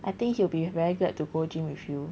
I think he will be very glad to go gym with you